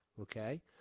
okay